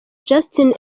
justin